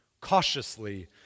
cautiously